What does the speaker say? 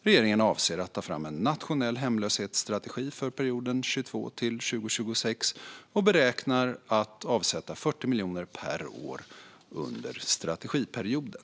Regeringen avser att ta fram en nationell hemlöshetsstrategi för perioden 2022-2026 och beräknar att avsätta 40 miljoner per år under strategiperioden.